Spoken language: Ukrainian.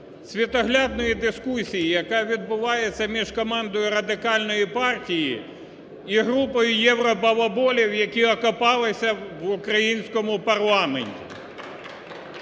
світоглядної дискусії, яка відбувається між командою Радикальної партії і групою євробалаболів, які окопалися в українському парламенті.